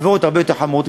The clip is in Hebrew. עבירות הרבה יותר חמורות,